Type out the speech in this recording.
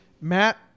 Matt